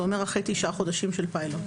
שזה אומר אחרי תשעה חודשים של פיילוט.